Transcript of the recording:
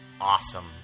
awesome